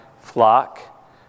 flock